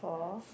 four